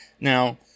Now